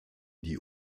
die